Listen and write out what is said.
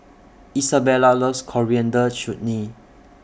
Isabella loves Coriander Chutney